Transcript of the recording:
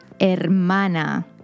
hermana